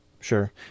Sure